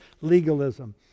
legalism